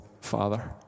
Father